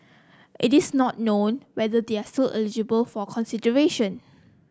it is not known whether they are still eligible for consideration